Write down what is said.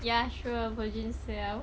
ya sure virgin self